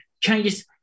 changes